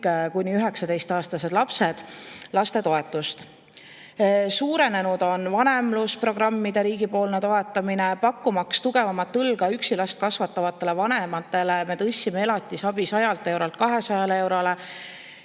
kuni 19-aastased lapsetoetust. Suurenenud on vanemlusprogrammide riigipoolne toetamine, pakkumaks tugevamat õlga üksi last kasvatavatele vanematele. Me tõstsime elatisabi 100 eurolt 200 eurole.